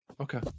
okay